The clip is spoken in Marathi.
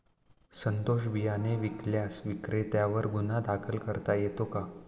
सदोष बियाणे विकल्यास विक्रेत्यांवर गुन्हा दाखल करता येतो का?